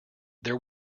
there